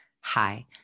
Hi